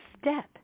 step